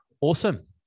Awesome